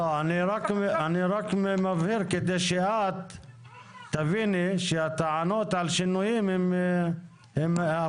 אני רק מבהיר כדי שאת תביני שהטענות על שינויים הם הפוכות.